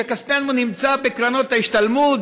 שכספנו נמצא בקרנות ההשתלמות,